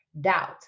doubt